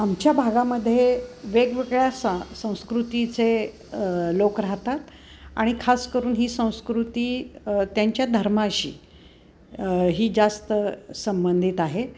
आमच्या भागामध्ये वेगवेगळ्या स संस्कृतीचे लोक राहतात आणि खास करून ही संस्कृती त्यांच्या धर्माशी ही जास्त संबंधित आहे